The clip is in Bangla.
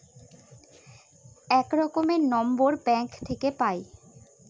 এক রকমের নম্বর ব্যাঙ্ক থাকে পাই